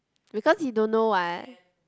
because he don't know what